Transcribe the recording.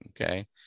Okay